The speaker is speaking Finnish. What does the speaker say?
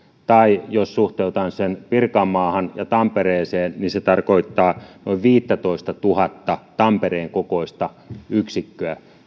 tai jos suhteutan sen pirkanmaahan ja tampereeseen niin se tarkoittaa noin viittätoistatuhatta tampereen kokoista yksikköä